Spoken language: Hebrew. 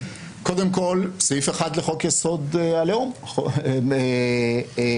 קודם כול סעיף 1 לחוק-יסוד הלאום אגב,